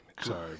sorry